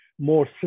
more